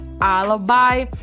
alibi